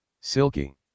Silky